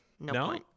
No